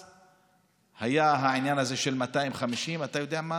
היה העניין הזה של 250. אתה יודע מה,